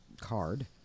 card